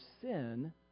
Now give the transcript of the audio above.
sin